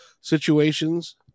situations